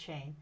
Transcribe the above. chain